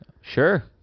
Sure